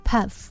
Puff